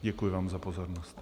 Děkuji vám za pozornost.